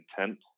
intent